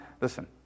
listen